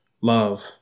love